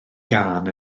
gân